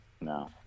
No